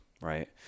right